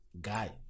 guy